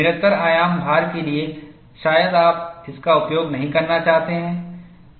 निरंतर आयाम भार के लिए शायद आप इसका उपयोग नहीं करना चाहते हैं